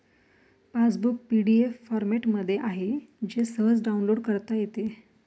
passbook PDF फॉरमॅटमध्ये आहे जे सहज डाउनलोड करता येते